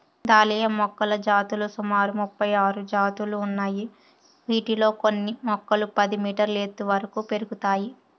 dahlia మొక్కల జాతులు సుమారు ముపై ఆరు జాతులు ఉన్నాయి, వీటిలో కొన్ని మొక్కలు పది మీటర్ల ఎత్తు వరకు పెరుగుతాయి